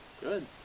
Good